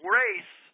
race